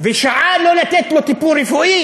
ושעה לא לתת לו טיפול רפואי,